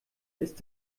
ist